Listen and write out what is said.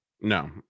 No